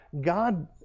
God